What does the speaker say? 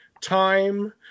time